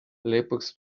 lõpuks